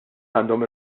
għandhom